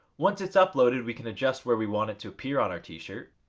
once it's uploaded we can adjust, where we want it to appear on our t-shirt.